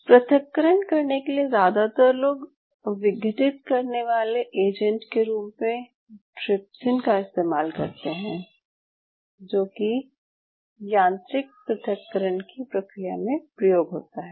पृथक्करण करने के लिए ज़्यादातर लोग विघटित करने वाले एजेंट के रूप में ट्रिप्सिन का इस्तेमाल करते हैं जो की यांत्रिक पृथक्करण की प्रक्रिया में प्रयोग होता है